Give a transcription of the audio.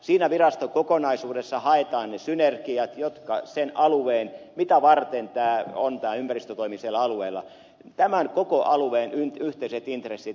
siinä virastokokonaisuudessa haetaan ne synergiat ja sen alueen mitä varten on tämä ympäristötoimi siellä alueella yhteiset intressit